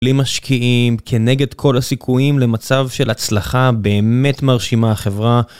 בלי משקיעים כנגד כל הסיכויים למצב של הצלחה באמת מרשימה החברה